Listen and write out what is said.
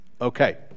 Okay